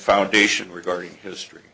foundation regarding history